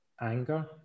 anger